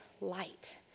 light